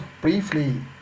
briefly